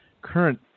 current